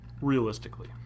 Realistically